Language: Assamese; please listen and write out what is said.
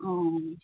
অ